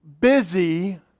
busy